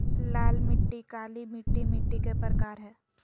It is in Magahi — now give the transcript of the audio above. लाल मिट्टी, काली मिट्टी मिट्टी के प्रकार हय